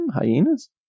Hyenas